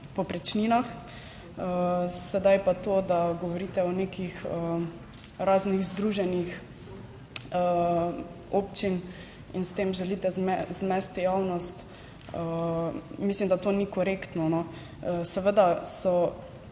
povprečninah, sedaj pa to, da govorite o nekih, raznih združenjih občin in s tem želite zmesti javnost, mislim, da to ni korektno, no. Seveda so